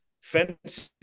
fencing